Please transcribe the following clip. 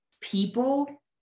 people